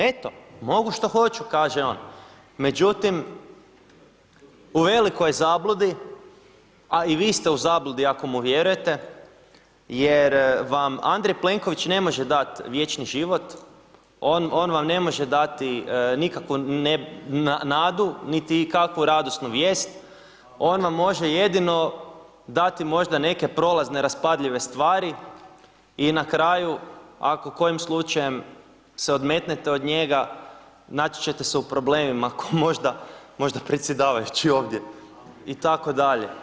Eto, mogu što hoću, kaže on međutim u velikoj je zabludi a i vi ste u zabludi ako mu vjerujete jer vam Andrej Plenković ne može dat vječni život, on vam ne može dati nikakvu nadu niti kakvu radosnu vijest, on vam može jedino dati možda neke prolazne raspadljive stvari i na kraju, ako kojim slučajem se odmetnete od njega, naći ćete se u problemima kao možda predsjedavajući ovdje, itd.